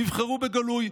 יבחרו בגלוי,